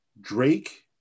Drake